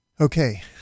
okay